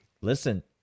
Listen